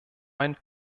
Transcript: ein